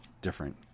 different